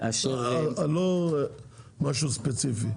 --- לא משהו ספציפי,